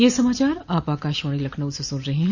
ब्रे क यह समाचार आप आकाशवाणी लखनऊ से सुन रहे हैं